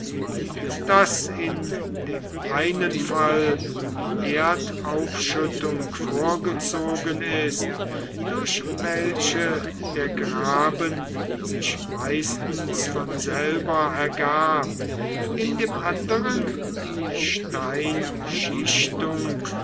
daß in dem einen fall die erdaufschüttung vorgezogen ist durch welche der graben sich meistens von selber ergab in dem andern die